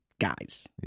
guys